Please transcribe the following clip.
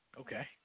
Okay